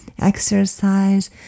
exercise